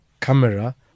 camera